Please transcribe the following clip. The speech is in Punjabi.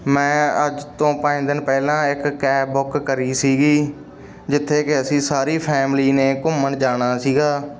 ਮੈਂ ਅੱਜ ਤੋਂ ਪੰਜ ਦਿਨ ਪਹਿਲਾਂ ਇੱਕ ਕੈਬ ਬੁੱਕ ਕਰੀ ਸੀਗੀ ਜਿੱਥੇ ਕਿ ਅਸੀਂ ਸਾਰੀ ਫੈਮਿਲੀ ਨੇ ਘੁੰਮਣ ਜਾਣਾ ਸੀਗਾ